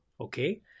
okay